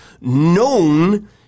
known